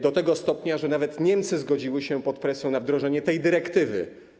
Do tego stopnia, że nawet Niemcy zgodziły się pod presją na wdrożenie tej dyrektywy.